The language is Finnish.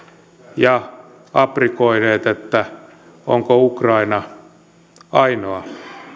ja aprikoineet onko ukraina ainoa